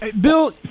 Bill